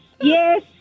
yes